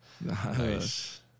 Nice